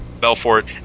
Belfort